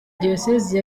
diyosezi